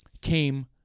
came